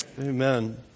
Amen